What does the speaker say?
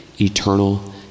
eternal